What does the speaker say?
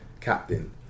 captain